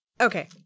okay